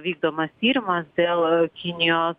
vykdomas tyrimas dėl kinijos